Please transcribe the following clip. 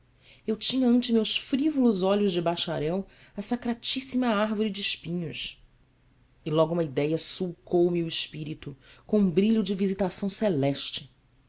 eu tinha ante meus frívolos olhos de bacharel a sacratíssima árvore de espinhos e logo uma idéia sulcou me o espírito com um brilho de visitação celeste